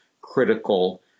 critical